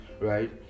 Right